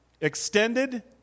extended